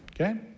okay